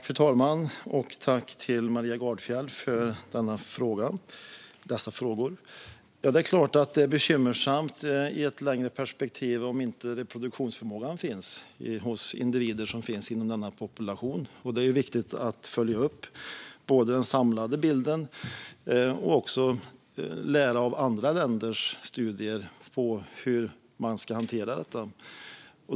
Fru talman! Jag tackar Maria Gardfjell för dessa frågor. Det är klart att det är bekymmersamt i ett längre perspektiv om det inte finns reproduktionsförmåga hos individer inom denna population. Det är viktigt att följa upp den samlade bilden och även att lära av andra länders studier gällande hur man ska hantera detta.